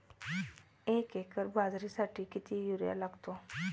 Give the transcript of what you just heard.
एक एकर बाजरीसाठी किती युरिया लागतो?